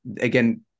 again